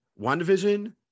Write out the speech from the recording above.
WandaVision